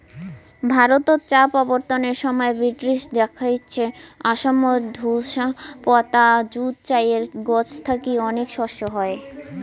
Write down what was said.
ভারতত চা প্রবর্তনের সমাই ব্রিটিশ দেইখছে আসামত ঢোসা পাতা যুত চায়ের গছ থাকি অনেক শস্য হই